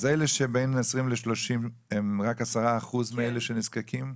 אז אלה שבין 20 ל-30 הם רק 10% מאלה שנזקקים?